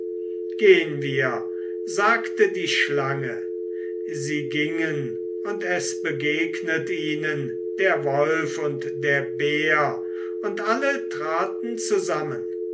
gehn wir sagte die schlange sie gingen und es begegnet ihnen der wolf und der bär und alle traten zusammen